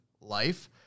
life